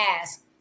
ask